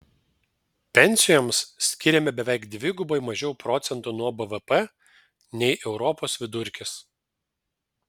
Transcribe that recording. pensijoms skiriame beveik dvigubai mažiau procentų nuo bvp nei europos vidurkis